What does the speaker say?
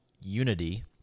unity